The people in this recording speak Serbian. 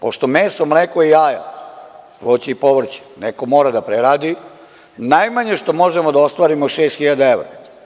Pošto meso, mleko i jaja, voće i povrće neko mora da preradi, najmanje što možemo da ostvarimo je šest hiljada evra.